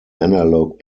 analog